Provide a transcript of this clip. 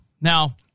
Now